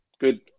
good